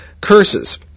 curses